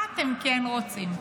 מה אתם כן רוצים?